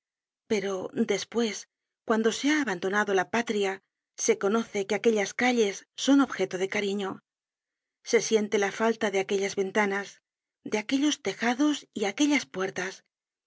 per despues cuando se ha abandonado la patria se conoce que aquellas calles son objeto de cariño se siente la falla de aquellas ventanas de aquellos tejados y aquellas puertas